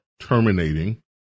terminating